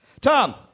Tom